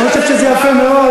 אני חושב שזה יפה מאוד.